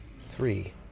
Three